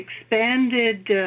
expanded